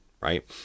right